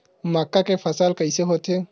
मक्का के फसल कइसे होथे?